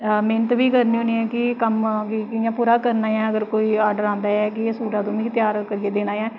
मेह्नत बी करनी होन्नी ऐं कि कम्म गी कि'यां पूरा करना ऐ अगर कोई आर्डर आंदा ऐ ते कि'यां में सूट त्यार करियै देना ऐ